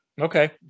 Okay